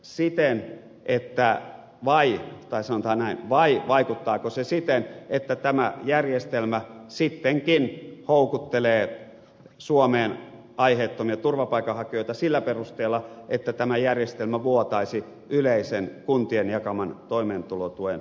siten että vaikka santanen vai vaikuttaako se siten että tämä järjestelmä sittenkin houkuttelee suomeen aiheettomia turvapaikanhakijoita sillä perusteella että tämä järjestelmä vuotaisi kuntien jakaman yleisen toimeentulotuen puolelle